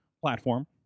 platform